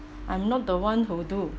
I'm not the one who do